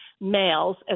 males